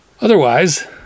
Otherwise